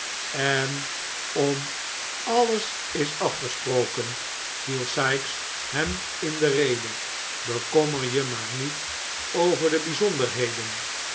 en om alles is afgesproken viel sikes hem in de rede bekommer je maar niet over de bijzonderheden